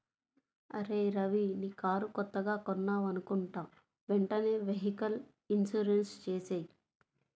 అరేయ్ రవీ నీ కారు కొత్తగా కొన్నావనుకుంటా వెంటనే వెహికల్ ఇన్సూరెన్సు చేసేయ్